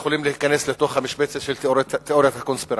שיכולות להיכנס למשבצת של תיאוריית קונספירציה,